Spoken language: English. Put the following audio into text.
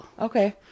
Okay